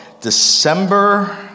December